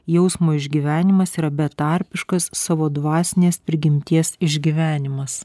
jausmo išgyvenimas yra betarpiškas savo dvasinės prigimties išgyvenimas